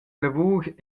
lavur